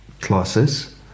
classes